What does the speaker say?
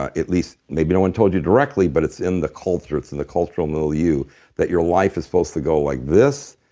ah at least, maybe no one told you directly, but it's in the culture. it's in the cultural milieu that your life is supposed to go like this,